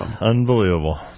unbelievable